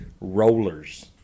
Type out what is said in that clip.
rollers